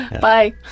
Bye